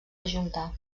ajuntar